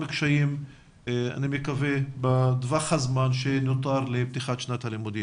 קשיים בטווח הזמן שנותר עד לפתיחת שנת הלימודים.